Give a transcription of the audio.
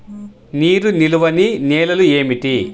నీరు నిలువని నేలలు ఏమిటి?